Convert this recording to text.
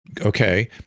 Okay